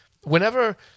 Whenever